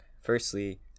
firstly